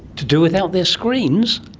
to do without their screens?